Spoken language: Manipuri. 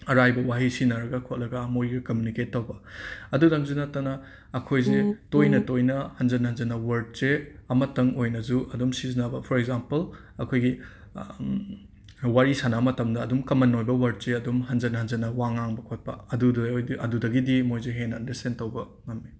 ꯑꯔꯥꯏꯕ ꯋꯥꯍꯩ ꯁꯤꯖꯤꯟꯅꯔꯒ ꯈꯣꯠꯂꯒ ꯃꯣꯏꯒ ꯀꯝꯃꯨꯅꯤꯀꯦꯠ ꯇꯧꯕ ꯑꯗꯨꯗꯪꯖꯨ ꯅꯠꯇꯅ ꯑꯩꯈꯣꯏꯖꯦ ꯇꯣꯏꯅ ꯇꯣꯏꯅ ꯍꯟꯖꯟ ꯍꯟꯖꯟꯅ ꯋꯥꯔꯠꯁꯦ ꯑꯃꯇꯪ ꯑꯣꯅꯖꯨ ꯑꯗꯨꯝ ꯁꯤꯖꯟꯅꯕ ꯐꯣꯔ ꯑꯦꯛꯖꯥꯝꯄꯜ ꯑꯩꯈꯣꯏꯒꯤ ꯋꯥꯔꯤ ꯁꯥꯟꯅꯕ ꯃꯇꯝꯗ ꯑꯗꯨꯝ ꯀꯃꯟ ꯑꯣꯏꯕ ꯋꯥꯔꯠꯁꯦ ꯑꯗꯨꯝ ꯍꯟꯖꯟ ꯍꯟꯖꯟꯅ ꯋꯥ ꯉꯥꯡꯕ ꯈꯣꯠꯄ ꯑꯗꯨꯗꯨ ꯑꯣꯏꯗꯤ ꯑꯗꯨꯗꯒꯤꯗꯤ ꯃꯣꯏꯖꯦ ꯍꯦꯟꯅ ꯑꯟꯗꯔꯁ꯭ꯇꯦꯟ ꯇꯧꯕ ꯉꯝꯃꯤ